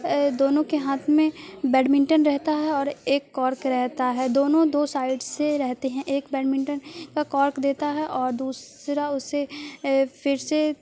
دونوں کے ہاتھ میں بیڈمنٹن رہتا ہے اور ایک کارک رہتا ہے دونوں دو سائڈ سے رہتے ہیں ایک بیڈمنٹن کا کارک دیتا ہے اور دوسرا اسے پر سے